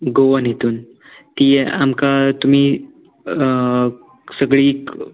Goan हितून ती आमकां तुमी सगळी